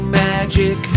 magic